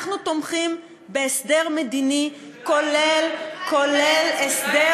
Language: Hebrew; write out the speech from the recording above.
אנחנו תומכים בהסדר מדיני כולל הסדר